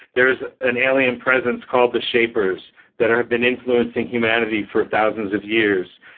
there is an alien presence called the shapers that have been influencing humanity for thousands of years,